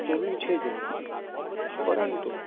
problem છે જ નહીં પરંતુ